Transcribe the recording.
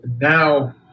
Now